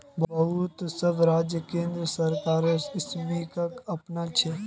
बहुत सब राज्य केंद्र सरकारेर स्कीमक अपनाछेक